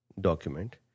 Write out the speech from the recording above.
document